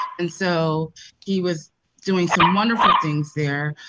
and so he was doing some wonderful things there.